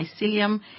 Mycelium